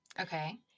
Okay